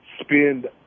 spend